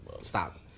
Stop